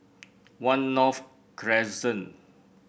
One North Crescent